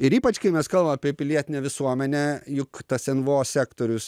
ir ypač kai mes kalbam apie pilietinę visuomenę juk tas nvo sektorius